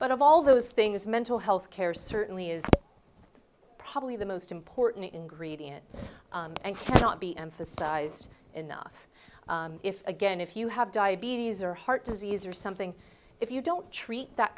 but of all those things mental health care certainly is probably the most important ingredient and cannot be emphasized enough if again if you have diabetes or heart disease or something if you don't treat that